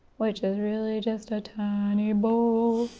which is really just bowl.